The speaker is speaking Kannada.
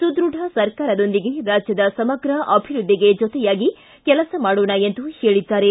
ಸುದೃಢ ಸರ್ಕಾರದೊಂದಿಗೆ ರಾಜ್ಯದ ಸಮಗ್ರ ಅಭಿವೃದ್ಧಿಗೆ ಜೊತೆಯಾಗಿ ಕೆಲಸ ಮಾಡೋಣ ಎಂದು ಹೇಳಿದ್ದಾರೆ